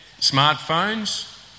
smartphones